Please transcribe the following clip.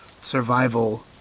survival